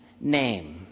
name